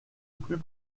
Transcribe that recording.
plus